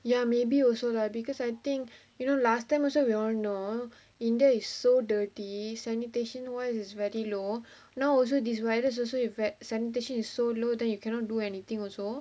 ya maybe also lah because I think you know last time also we all know india is so dirty sanitation wise is very low now also these virus also affect and this sanitation is so low then you cannot do anything also